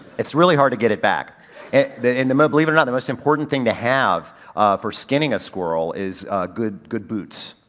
it's really hard to get it back. and the and ah believe it or not the most important thing to have for skinning a squirrel is good, good boots.